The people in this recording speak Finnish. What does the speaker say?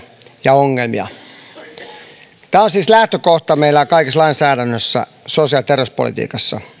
ja ongelmia tämä on siis lähtökohta meillä kaikessa lainsäädännössä sosiaali ja terveyspolitiikassa